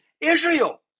Israel